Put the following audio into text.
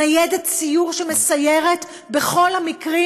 ניידת סיור שמסיירת בכל המקרים,